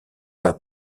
pas